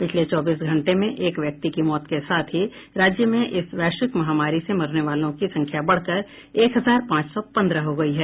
पिछले चौबीस घंटे में एक व्यक्ति की मौत के साथ ही राज्य में इस वैश्विक महामारी से मरने वालों की संख्या बढ़कर एक हजार पांच सौ पन्द्रह हो गई है